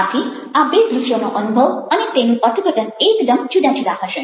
આથી આ બે દ્રશ્યોનો અનુભવ અને તેનું અર્થઘટન એકદમ જુદાં જુદાં હશે